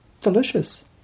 delicious